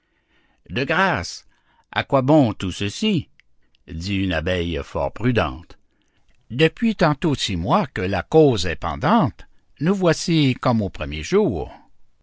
de grâce à quoi bon tout ceci dit une abeille fort prudente depuis tantôt six mois que l'affaire est pendante nous voici comme aux premiers jours